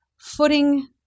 footing